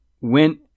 went